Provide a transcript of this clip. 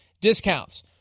discounts